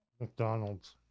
McDonald's